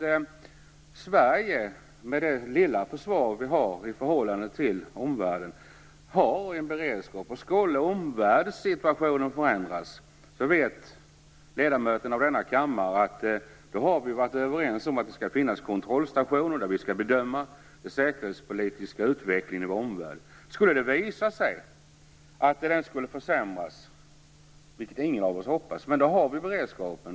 Sverige, som har ett litet försvar i förhållande till omvärlden, har en beredskap. Situationen i omvärlden kan förändras. Ledamöterna av denna kammare vet att vi har varit överens om att det skall finnas kontrollstationer där vi skall bedöma den säkerhetspolitiska utvecklingen i vår omvärld. Om det skulle visa sig att den försämras, vilket ingen av oss hoppas, har vi en beredskap.